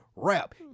Rap